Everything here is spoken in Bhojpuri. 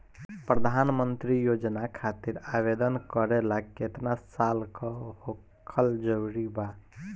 प्रधानमंत्री योजना खातिर आवेदन करे ला केतना साल क होखल जरूरी बा?